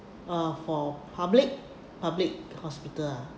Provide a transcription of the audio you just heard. uh for public public hospital ah